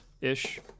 ish